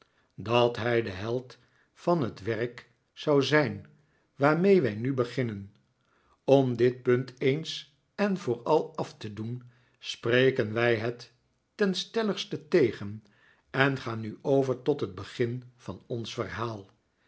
dat hij de held van het werk zou zijn waarmee wij nu beginnen om dit punt eens en voor al af te doen spreken wij het ten stelligste tegen en gaan nu over tot het begin van ons verhaal